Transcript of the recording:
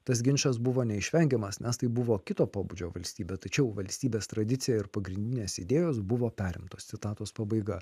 tas ginčas buvo neišvengiamas nes tai buvo kito pobūdžio valstybė tačiau valstybės tradicija ir pagrindinės idėjos buvo perimtos citatos pabaiga